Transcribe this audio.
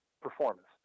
performance